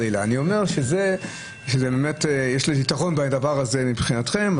יש יתרון בדבר הזה מבחינתכם,